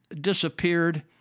disappeared